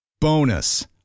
Bonus